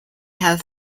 have